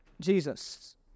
Jesus